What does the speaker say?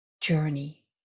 journey